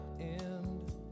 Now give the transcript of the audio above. end